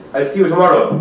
i'll see you tomorrow.